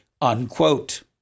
Unquote